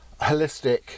holistic